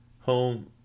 Home